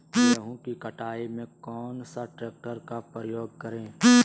गेंहू की कटाई में कौन सा ट्रैक्टर का प्रयोग करें?